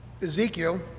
Ezekiel